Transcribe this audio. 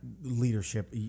leadership